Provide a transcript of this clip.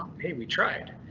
hey, we tried.